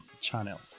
channel